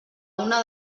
una